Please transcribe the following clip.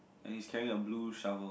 and he is carrying a blue shovel